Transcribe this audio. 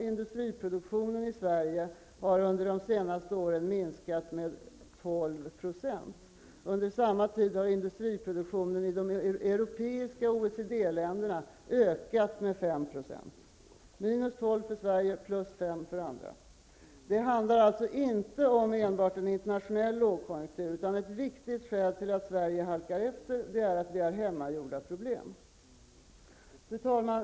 Industriproduktionen i Sverige har under de senaste åren minskat med 12 %. Under samma tid har industriproduktionen i de europeiska OECD-länderna ökat med 5 %-- minus 12 för Sverige och plus 5 för de andra. Det handlar alltså inte enbart om en internationell lågkonjunktur. Ett viktigt skäl till att Sverige halkar efter är att vi har hemmagjorda problem. Fru talman!